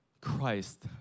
christ